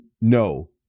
no